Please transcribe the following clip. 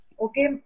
Okay